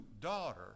daughter